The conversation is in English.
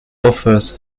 offers